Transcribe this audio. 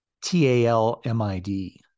T-A-L-M-I-D